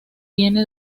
tiene